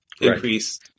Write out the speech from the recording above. increase